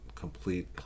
complete